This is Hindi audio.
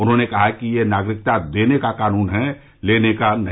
उन्होंने कहा कि यह नागरिकता देने का कानून है लेने का नहीं